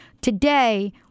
Today